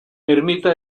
ermita